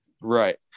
Right